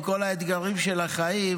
עם כל האתגרים של החיים,